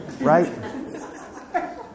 right